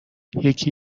یکی